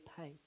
pay